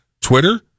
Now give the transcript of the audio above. Twitter